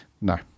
No